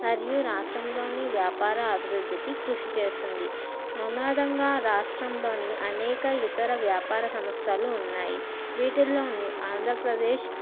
మరియు రాష్ట్రంలోని వ్యాపార అభివృద్ధికి కృషి చేస్తుంది అనాదిగా రాష్ట్రంలోని అనేక ఇతర వ్యాపార సంస్థలు ఉన్నాయి వీటిల్లో ఆంధ్రప్రదేశ్